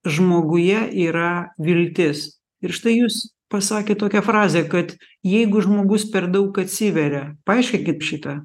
žmoguje yra viltis ir štai jūs pasakėt tokią frazę kad jeigu žmogus per daug atsiveria paaiškinkit šitą